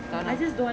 err